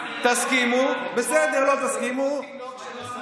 תסכימו, בסדר, לא תסכימו, מיקי,